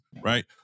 right